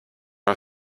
are